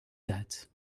that